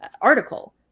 article